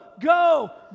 go